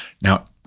Now